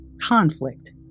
conflict